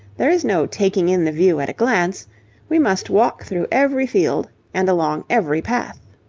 there is no taking in the view at a glance we must walk through every field and along every path.